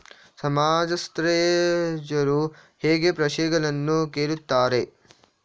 ಸಮಾಜಶಾಸ್ತ್ರಜ್ಞರು ಹೇಗೆ ಪ್ರಶ್ನೆಗಳನ್ನು ಕೇಳುತ್ತಾರೆ?